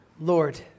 Lord